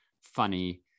funny